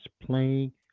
playing